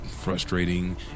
frustrating